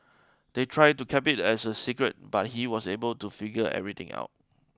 they tried to keep it as a secret but he was able to figure everything out